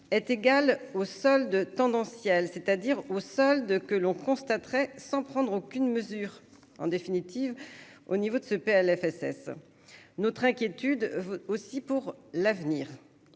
est égal au solde tendanciel, c'est-à-dire au sol de que l'on constaterait sans prendre aucune mesure en définitive au niveau de ce Plfss notre inquiétude aussi pour l'avenir,